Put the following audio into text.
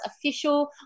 Official